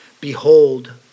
behold